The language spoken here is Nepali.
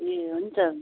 ए हुन्छ